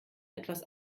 etwas